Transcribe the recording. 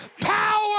power